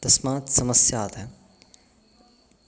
तस्मात् समस्यात्